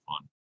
fun